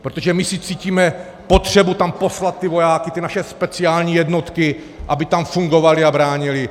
Protože my cítíme potřebu tam poslat vojáky, ty naše speciální jednotky, aby tam fungovali a bránili.